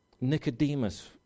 Nicodemus